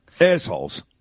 Assholes